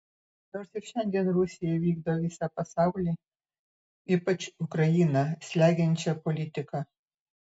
nors ir šiandien rusija vykdo visą pasaulį ypač ukrainą slegiančią politiką